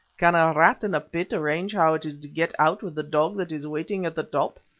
can a rat in a pit arrange how it is to get out with the dog that is waiting at the top?